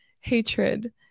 hatred